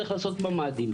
צריך לעשות ממ"דים.